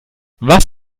was